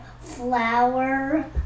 flower